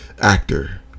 actor